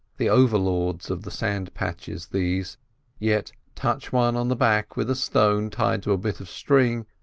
the overlords of the sand patches, these yet touch one on the back with a stone tied to a bit of string,